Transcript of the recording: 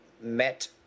met